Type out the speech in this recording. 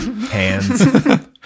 hands